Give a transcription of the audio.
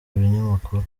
binyamakuru